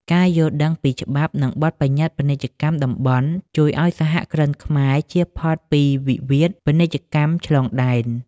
ការយល់ដឹងពីច្បាប់ និងបទបញ្ញត្តិពាណិជ្ជកម្មតំបន់ ជួយឱ្យសហគ្រិនខ្មែរជៀសផុតពីវិវាទពាណិជ្ជកម្មឆ្លងដែន។